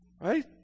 Right